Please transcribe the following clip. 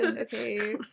Okay